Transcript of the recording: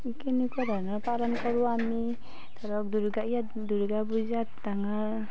কেনেকুৱা ধৰণৰ পালন কৰোঁ আমি ধৰক দূৰ্গা ইয়াত দূৰ্গা পূজা ডাঙৰ